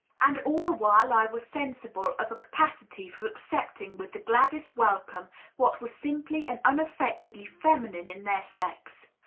and all the while i was sensible of a ca pacity for accepting with the gladdest welcome what was simply and unaffectedly feminine in their sex.